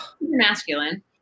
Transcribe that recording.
Masculine